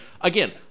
again